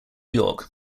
york